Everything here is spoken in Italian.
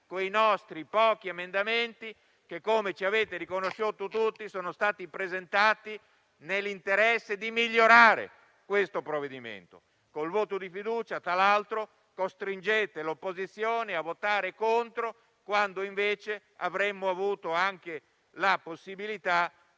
quei nostri pochi emendamenti che - come ci avete riconosciuto tutti - sono stati presentati nell'interesse di migliorare il provvedimento in discussione. Col voto di fiducia, tra l'altro, costringete l'opposizione a votare contro, quando invece avremmo avuto anche la possibilità,